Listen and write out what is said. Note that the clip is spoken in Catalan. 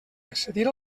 accedir